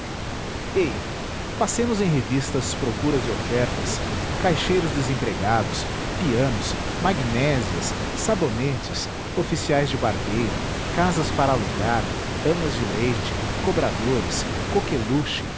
eia passemos em revista as procuras e ofertas caixeiros desempregados pianos magnésias sabonetes oficiais de barbeiro casas para alugar amas deleite cobradores coqueluche